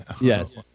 yes